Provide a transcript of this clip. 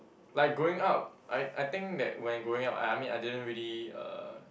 like growing up I I think that when growing up I I mean I didn't really uh